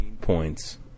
points